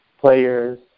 players